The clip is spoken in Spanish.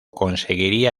conseguiría